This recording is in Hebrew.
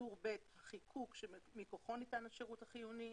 טור ב' החיקוק שמכוחו ניתן השירות החיוני,